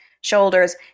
shoulders